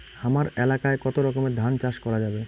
হামার এলাকায় কতো রকমের ধান চাষ করা যাবে?